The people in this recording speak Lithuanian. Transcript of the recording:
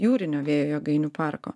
jūrinio vėjo jėgainių parko